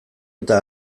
eta